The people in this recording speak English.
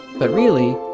but really,